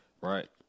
Right